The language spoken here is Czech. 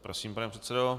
Prosím, pane předsedo.